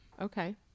Okay